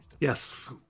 Yes